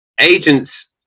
agents